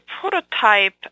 prototype